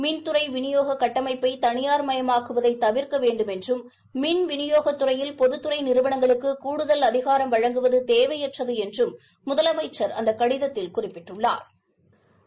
மின்துறை விநியோக கட்டமைப்பை தளியாமயமாக்குவதை தவிர்க்க வேண்டுமென்றும் மின் விநியோக துறையில் பொதுத்துறை நிறுவனங்களுக்கு கூடுதல் அதிகாரம் வழங்குவது தேவையற்றது என்றும் முதலமைச்சா் அந்த கடிதத்தில் குறிப்பிட்டுள்ளாா்